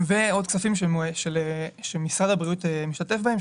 ועוד כספים שמשרד הבריאות משתתף בהם,